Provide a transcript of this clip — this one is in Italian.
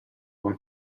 con